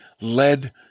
led